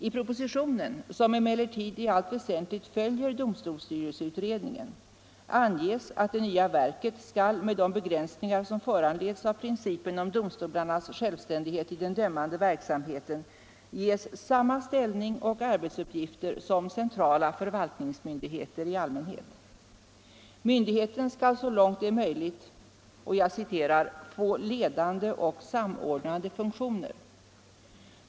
I propositionen, som emellertid i allt väsentligt följer domstolsstyrelseutredningen, anges att det nya verket skall med de begränsningar som föranleds av principen om domstolarnas självständighet i den dömande verk samheten ges samma ställning och arbetsuppgifter som centrala förvaltningsmyndigheter i allmänhet. Myndigheten skall så långt det är möjligt ”få ledande och samordnande funktioner”.